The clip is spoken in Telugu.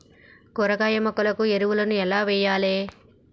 కూరగాయ మొక్కలకు ఎరువులను ఎలా వెయ్యాలే?